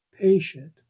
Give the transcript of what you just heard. patient